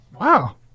Wow